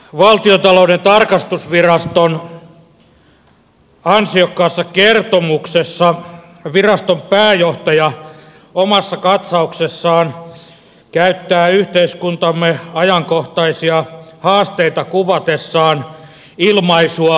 valtiontalouden tarkastusviraston ansiokkaassa kertomuksessa viraston pääjohtaja omassa katsauksessaan käyttää yhteiskuntamme ajankohtaisia haasteita kuvatessaan ilmaisua pirulliset ongelmat